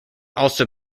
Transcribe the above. also